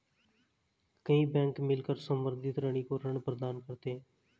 कई बैंक मिलकर संवर्धित ऋणी को ऋण प्रदान करते हैं